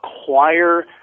acquire